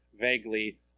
vaguely